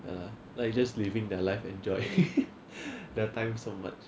uh like just living their life enjoy their time so much